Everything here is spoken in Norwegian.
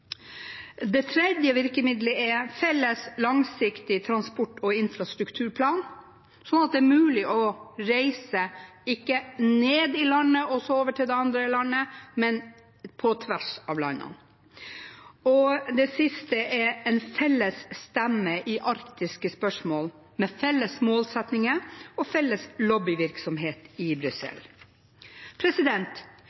Det tredje virkemiddelet er felles langsiktig transport- og infrastrukturplan, sånn at det er mulig å reise – ikke ned i landet og så over til det andre landet, men på tvers av landene. Det siste er en felles stemme i arktiske spørsmål, med felles målsettinger og felles lobbyvirksomhet i Brussel.